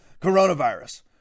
coronavirus